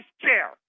chair